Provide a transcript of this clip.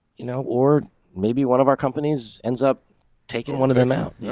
you know, or maybe one of our company's ends up taking one of them out.